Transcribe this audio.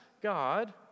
God